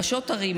ראשות ערים,